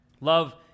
Love